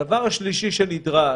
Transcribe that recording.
הדבר השלישי שנדרש,